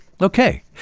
Okay